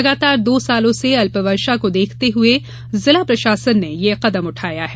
लगातार दो वर्षो से अल्प वर्षा को देखते हुए जिला प्रशासन ने ये कदम उठाया है